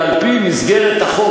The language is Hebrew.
ומי שפוסק על-פי החוק